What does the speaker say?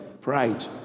pride